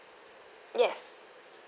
yes